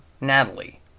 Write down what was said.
Natalie